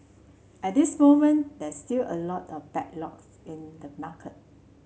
at this moment there's still a lot of backlog in the market